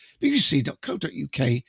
bbc.co.uk